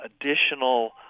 additional